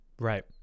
Right